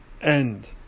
end